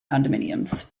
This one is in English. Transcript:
condominiums